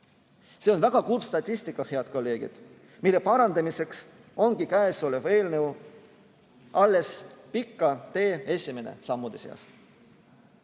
See on väga kurb statistika, head kolleegid, mille parandamiseks ongi kõnealune eelnõu alles pika tee esimeste sammude seas.